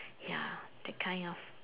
ya that kind of